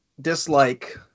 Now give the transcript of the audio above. dislike